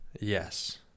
Yes